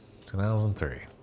2003